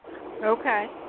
Okay